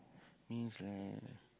means like